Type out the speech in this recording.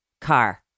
car